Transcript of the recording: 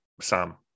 Sam